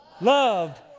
loved